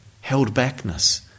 held-backness